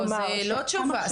אבל יש פה דברים שאני אומרת לעצמי,